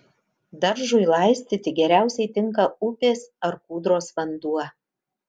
daržui laistyti geriausiai tinka upės ar kūdros vanduo